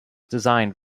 designed